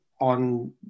on